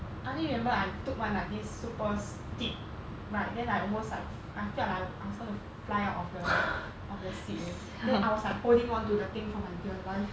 I only remember I took one like this super steep ride then like I almost like I felt like I was going to fly out of the of the seat already then I was like holding onto the thing for my dear life